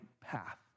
path